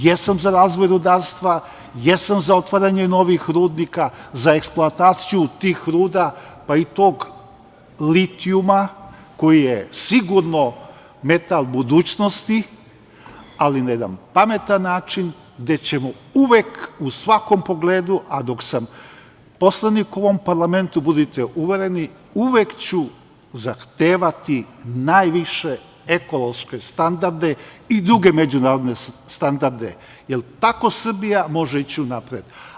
Jesam za razvoj rudarstva, jesam za otvaranje novih rudnika, za eksploataciju tih ruda, pa i tog litijuma koji je sigurno metal budućnosti, ali na jedan pametan način gde ćemo uvek u svakom pogledu, a dok sam poslanik u ovom parlamentu budite uvereni uvek ću zahtevati najviše ekološke standarde i druge međunarodne standarde, jer tako Srbija može ići unapred.